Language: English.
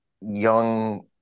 young